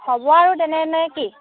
হ'ব আৰু তেনে নে কি